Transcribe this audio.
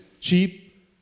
cheap